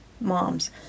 moms